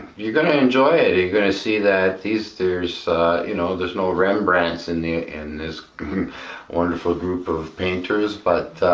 you're going to enjoy it you're gonna see that these there's you know there's no rembrandt's in the in this wonderful group of painters but